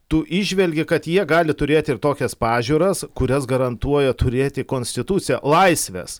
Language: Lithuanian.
tu įžvelgi kad jie gali turėti ir tokias pažiūras kurias garantuoja turėti konstitucija laisves